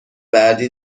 بعدی